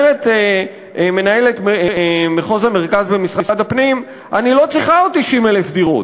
אומרת מנהלת מחוז המרכז במשרד הפנים: "אני לא צריכה עוד 90,000 דירות.